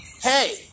hey